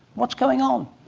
what's going on?